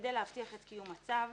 כדי להבטיח את קיום הצו.